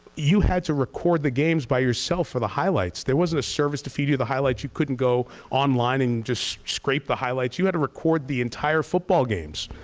you had to record the games by yourself for the highlights. there wasn't a service to feed the highlights. you couldn't go online and just scrape the highlights. you had to record the entire football games